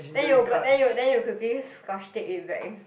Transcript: then you go then you then you quickly scotch tape it back